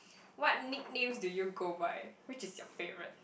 what nicknames do you go by which is your favourite